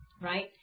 Right